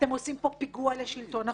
אתם עושים פה פיגוע לשלטון החוק.